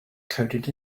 coded